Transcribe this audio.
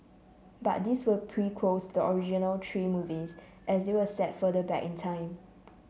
but these were prequels to the original three movies as they were set further back in time